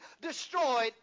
destroyed